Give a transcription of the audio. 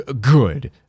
Good